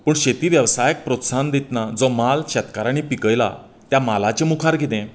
शेती वेवसायाक प्रोत्साहन दितना जो म्हाल शेतकारांनी पिकयलां त्या म्हालाचें मुखार कितें